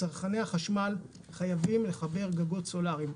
צרכני החשמל חייבים לחבר גגות סולאריים.